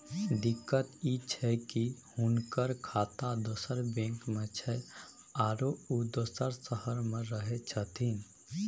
दिक्कत इ छै की हुनकर खाता दोसर बैंक में छै, आरो उ दोसर शहर में रहें छथिन